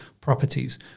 properties